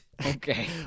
Okay